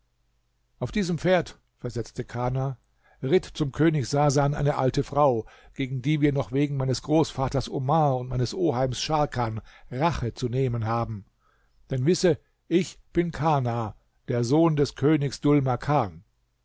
auf diesem pferd versetzte kana ritt zum könig sasan eine alte frau gegen die wir noch wegen meines großvaters omar und meines oheims scharkan rache zu nehmen haben denn wisse ich bin kana der sohn des königs dhul makan